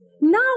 Now